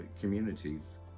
communities